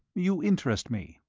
you interest me.